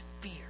fear